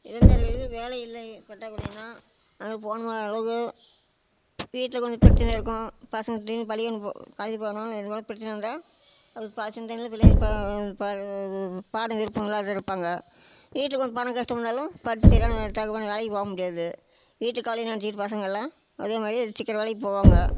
இளைஞர்களுக்கு வேலை இல்லை அது போன அளவு வீட்டில் கொஞ்சம் பிரச்சனையாக இருக்கும் பசங்க திடீர்னு பள்ளிக்கூடம் போக காலேஜு போகிறதுனால எதுவாவது பிரச்சனை இருந்தால் அது பசங்க பிள்ளைங்க இப்போ ப பாடம் எடுப்பாங்கள்ல அது எடுப்பாங்க வீட்டில் கொஞ்சம் பணம் கஷ்டம் இருந்தாலும் படித்துதா அதுக்குத் தகுப்பான வேலைக்கு போக முடியாது வீட்டு கவலையை நெனைச்சிக்கிட்டு பசங்கள்லாம் அதே மாதிரி சீக்கிரம் வேலைக்குப் போவாங்க